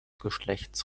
geschlechts